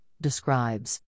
describes